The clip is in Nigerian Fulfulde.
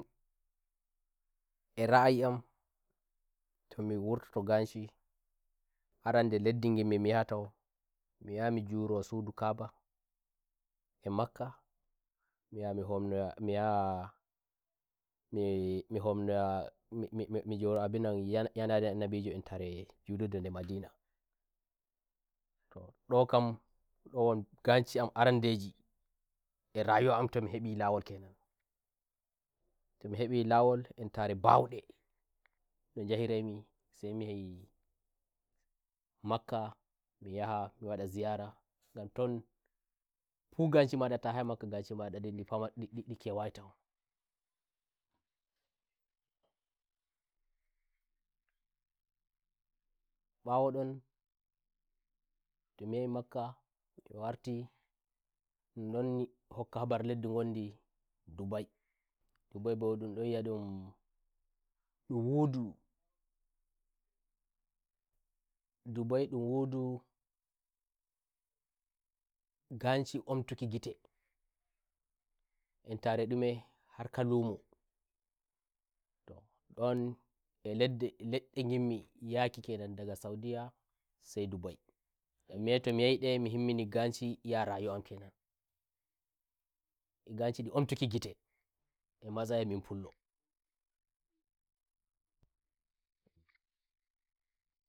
e ra'ayi amtomi wurtoto ganshiarande leddi gimmi mi yaha to mi yaha mi juro sudu ka'aba e makkami yaha mi homnoya mi yaha "me me me" juro abinan nya nyanare annabi jo entare jukurde nde madinatoh ndo kamganshi am aran ndejia rayuwa am tomi hebi lawol kenan tomi hebj lawol entare baude no njahirai misami yahai makkami njahai makkami yaha mi wadai ziyarangan ton fu nganshi mada ta yahai makka nganshi mada "ndin ndi pamar ndi ndi" kewayi tohmabawo ndom tomi nyahi makkami wartindun ndon hokka habar habar leddi ngondi DubaiDubai bo ndun ndon ngi a ndindun wudu Dubai ndun wudu ganshi ontuki ngiteentare ndumeharka lumotoh ndone leddi ledde ngimmi yaki kenan daga saudiyasai Dubaimi nyi a tomi nyahi ndemi himmoni ngashiiya rayuwa am kenannganshi ndi ontuki ngitee matsayi am pullo